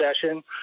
session